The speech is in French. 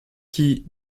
qui